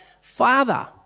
Father